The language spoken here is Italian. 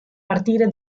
partire